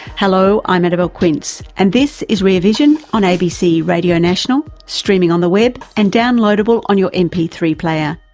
hello, i'm annabelle quince and this is rear vision on abc radio national, streaming on the web and downloadable on your m p three player.